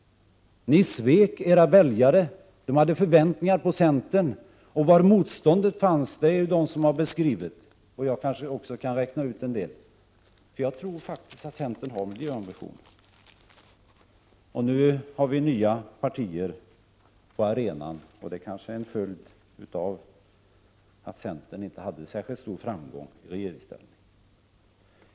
Ni svek alltså era väljare. De hade förväntningar på centern. Var motståndet fanns har ju beskrivits, och jag kan kanske också räkna ut en del. Jag tror faktiskt att centern har miljöambitioner. Nu har vi nya partier på arenan, och det är kanske en följd av att centern inte hade särskilt stor framgång i regeringsställning.